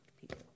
people